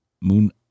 Moon